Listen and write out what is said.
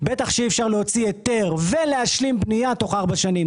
בטח שאי אפשר להוציא היתר ולהשלים בנייה תוך ארבע שנים,